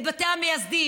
את בתי המייסדים,